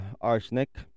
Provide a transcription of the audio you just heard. arsenic